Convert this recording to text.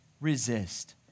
resist